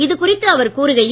இதுகுறித்து அவர் கூறுகையில்